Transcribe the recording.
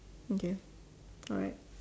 okay alright